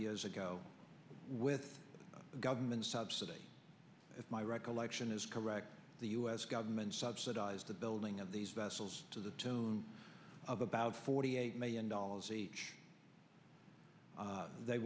years ago with government subsidy if my recollection is correct the us government subsidized the building of these vessels to the tune of about forty eight million dollars each they